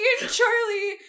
Charlie